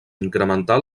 incrementar